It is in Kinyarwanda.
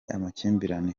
amakimbirane